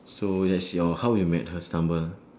so that's your how you met her stumble